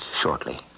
shortly